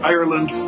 Ireland